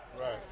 Right